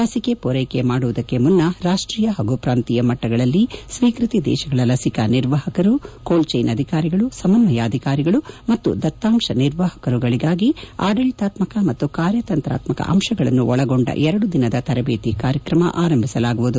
ಲಸಿಕೆ ಪೂರೈಕೆ ಮಾಡುವುದಕ್ಕೆ ಮುನ್ನ ರಾಷ್ವೀಯ ಹಾಗೂ ಪ್ರಾಂತೀಯ ಮಟ್ಟಗಳಲ್ಲಿ ದೇಶಗಳ ಲಸಿಕಾ ಅಧಿಕಾರಿಗಳು ಸಮನ್ನಯಾಧಿಕಾರಿಗಳು ಮತ್ತು ದತ್ತಾಂಶ ನಿರ್ವಾಹಕರುಗಳಿಗಾಗಿ ಆಡಳಿತಾತ್ಕಕ ಮತ್ತು ಕಾರ್ಯತಂತ್ರಾತ್ಕಕ ಅಂಶಗಳನ್ನು ಒಳಗೊಂಡ ಎರಡು ದಿನದ ತರಬೇತಿ ಕಾರ್ಯಕ್ರಮ ಆರಂಭಿಸಲಾಗುವುದು